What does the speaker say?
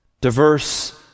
diverse